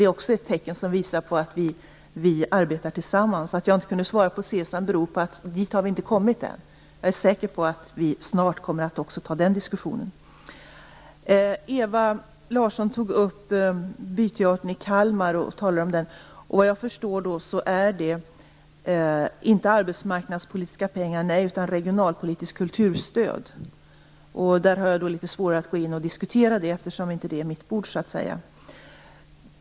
Också detta är ett tecken som visar på att vi arbetar tillsammans. Att jag inte kunde svara på frågan om SESAM beror på att vi ännu inte har kommit dit. Jag är säker på att vi snart också kommer att ta upp den diskussionen. Ewa Larsson tog upp Byteatern i Kalmar. Såvitt jag förstår är det där inte fråga om arbetsmarknadspolitiska pengar utan om regionalpolitiskt kulturstöd. Jag har litet svårare att diskutera det, eftersom det inte är mitt bord.